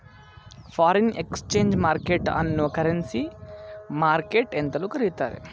foreign exchange market ಅನ್ನೋ currency market ಎಂತಲೂ ಕರಿತ್ತಾರೆ